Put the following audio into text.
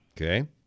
Okay